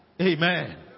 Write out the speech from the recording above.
Amen